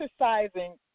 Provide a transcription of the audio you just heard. exercising